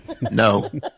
No